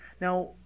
Now